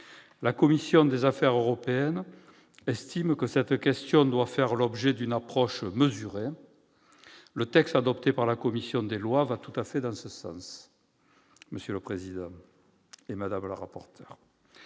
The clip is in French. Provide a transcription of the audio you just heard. La commission des affaires européennes estime que cette question doit faire l'objet d'une approche mesurée. Le texte adopté par la commission des lois va tout à fait dans ce sens. Troisième observation : l'extension